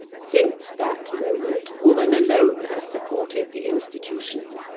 since that moment woman alone has supported the institution.